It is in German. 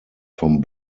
vom